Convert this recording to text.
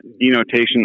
denotation